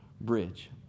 Bridge